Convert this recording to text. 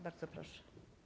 Bardzo proszę.